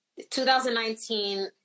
2019